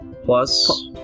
Plus